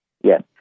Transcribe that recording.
Yes